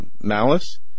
Malice